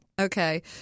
Okay